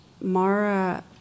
Mara